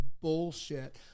bullshit